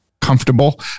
comfortable